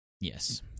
Yes